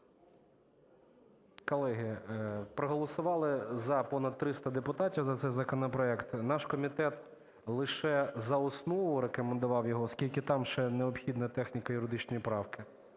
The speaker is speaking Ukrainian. Колеги, проголосували "за" понад 300 депутатів за цей законопроект. Наш комітет лише за основу рекомендував його, оскільки там ще необхідні техніко-юридичні правки.